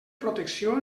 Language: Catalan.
protecció